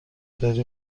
داری